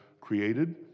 created